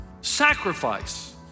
Sacrifice